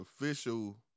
official